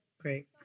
Great